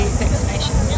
vaccination